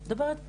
אני מדברת פה,